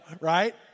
right